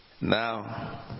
Now